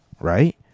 right